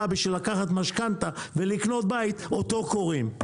בשביל לקחת משכנתא כדי לקנות בית אותו קורעים.